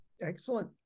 Excellent